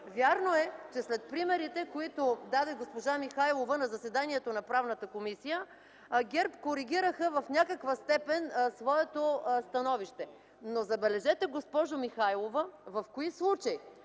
Вярно е, че след примерите, които даде госпожа Михайлова на заседанието на Правната комисия, ГЕРБ коригираха в някаква степен своето становище. Но, забележете, госпожо Михайлова, в кои случаи.